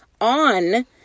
on